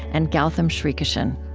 and gautam srikishan